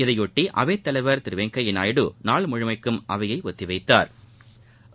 இதையொட்டி அவைத்தலைவர் திரு வெங்கையா நாயுடு நாள் முழுமைக்கும் ஒத்தி வைத்தாா்